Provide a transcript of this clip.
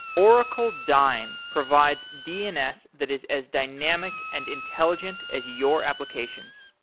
oracle dyn provides dns that is as dynamic and intelligent as your applications.